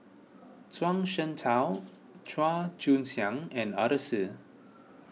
Zhuang Shengtao Chua Joon Siang and Arasu